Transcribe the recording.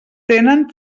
tenen